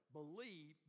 believe